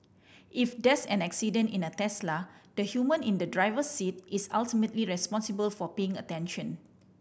if there's an accident in a Tesla the human in the driver's seat is ultimately responsible for paying attention